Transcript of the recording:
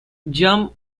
john